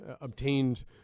obtained